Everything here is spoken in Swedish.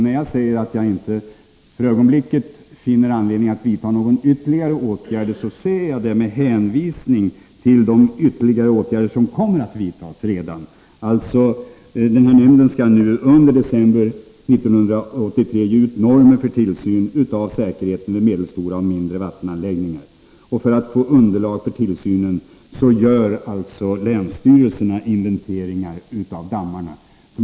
När jag säger att jag för ögonblicket inte finner anledning att vidta någon ytterligare åtgärd, gör jag det med hänvisning till de ytterligare åtgärder som enligt redan vad som har beslutats kommer att vidtas. Nämnden skall under december 1983 ge ut normer för tillsyn av säkerheten vid medelstora och mindre vattenanläggningar. För att få underlag för tillsynen gör länsstyrelserna inventeringar av dammarna.